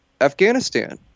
afghanistan